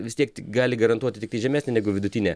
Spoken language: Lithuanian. vis tiek tik gali garantuoti tiktai žemesnę negu vidutinę